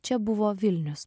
čia buvo vilnius